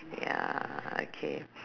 ya okay